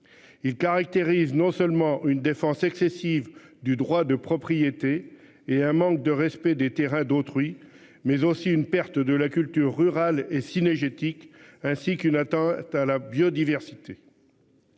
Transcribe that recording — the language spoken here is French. Il caractérise non seulement une défense excessive du droit de propriété et un manque de respect des terrains d'autrui mais aussi une perte de la culture rurale et cynégétique ainsi qu'une atteinte à la biodiversité.